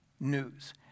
news